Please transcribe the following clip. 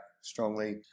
strongly